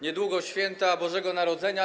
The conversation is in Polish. Niedługo święta Bożego Narodzenia.